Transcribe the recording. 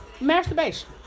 masturbation